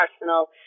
arsenal